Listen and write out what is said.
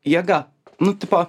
jėga nu tipo